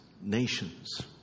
nations